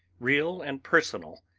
real and personal,